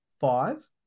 five